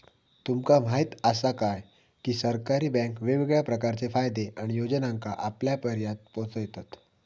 तुमका म्हायत आसा काय, की सरकारी बँके वेगवेगळ्या प्रकारचे फायदे आणि योजनांका आपल्यापर्यात पोचयतत